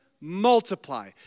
Multiply